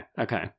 Okay